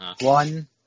One